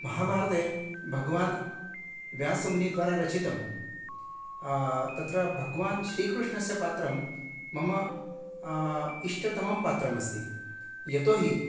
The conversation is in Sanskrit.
महाभारते भगवान् व्यासमुनिद्वारा रचितं तत्र भगवान् श्रीकृष्णस्य पात्रं मम इष्टतमं पात्रमस्ति यतोहि